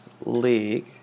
League